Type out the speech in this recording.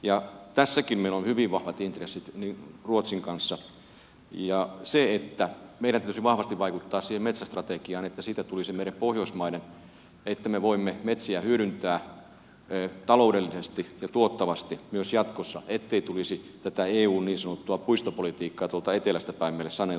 tässäkin meillä on hyvin vahvat intressit ruotsin kanssa ja meidän pitäisi vahvasti vaikuttaa siihen metsästrategiaan että siitä tulisi meille pohjoismaille sellainen että me voimme metsiä hyödyntää taloudellisesti ja tuottavasti myös jatkossa ettei tulisi tätä eun niin sanottua puistopolitiikkaa tuolta etelästä päin meille saneltua